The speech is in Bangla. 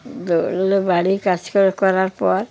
দৌড়োলে বাড়ির কাজকর্ম করার পর